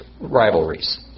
rivalries